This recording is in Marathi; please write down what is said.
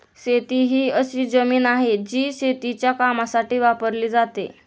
शेती ही अशी जमीन आहे, जी शेतीच्या कामासाठी वापरली जाते